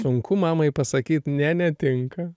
sunku mamai pasakyt ne netinka